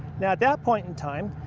now at that point in time,